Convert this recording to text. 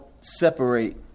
separate